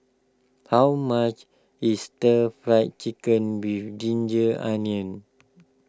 how much is Stir Fry Chicken with Ginger Onions